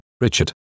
Richard